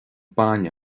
bainne